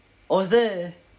oh is it